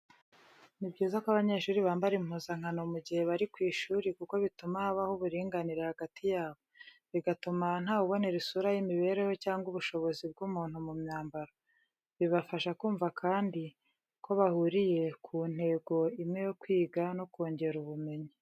Ni byiza ko abanyeshuri bambara impuzankano mu gihe bari ku ishuri kuko bituma habaho uburinganire hagati yabo, bigatuma ntawubonera isura y'imibereho cyangwa ubushobozi bw'umuntu mu myambaro. Bibafasha kumva kandi ko bahuriye ku ntego imwe yo kwiga no kongera ubumenyi.